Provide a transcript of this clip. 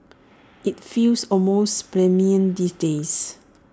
IT feels almost plebeian these days